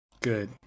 Good